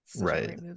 right